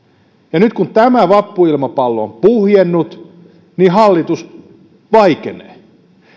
niin nyt kun tämä vappuilmapallo on puhjennut hallitus vaikenee